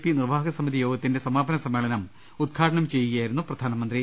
P നിർവാഹക സമിതി യോഗത്തിന്റെ സമാപന സമ്മേളനം ഉദ്ഘാടനം ചെയ്യുകയായിരുന്നു പ്രധാ നമന്ത്രി